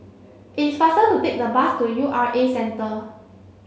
it is faster to take the bus to U R A Centre